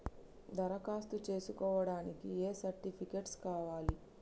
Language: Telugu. దరఖాస్తు చేస్కోవడానికి ఏ సర్టిఫికేట్స్ కావాలి?